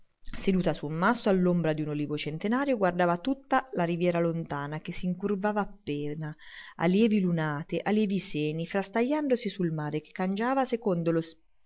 su un masso all'ombra d'un olivo centenario guardava tutta la riviera lontana che s'incurvava appena a lievi lunate a lievi seni frastagliandosi sul mare che cangiava secondo lo